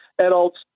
adults